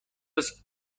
است